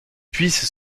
puissent